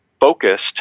focused